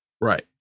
Right